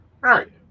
right